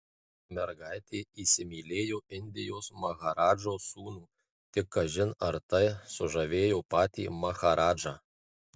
mergaitė įsimylėjo indijos maharadžos sūnų tik kažin ar tai sužavėjo patį maharadžą